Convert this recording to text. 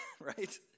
right